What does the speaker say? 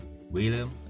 William